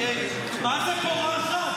מה זה פורחת.